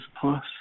plus